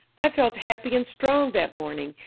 i felt happy and strong that morning,